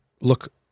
look